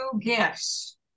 gifts